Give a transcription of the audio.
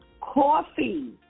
coffee